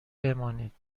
بمانید